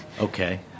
Okay